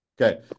Okay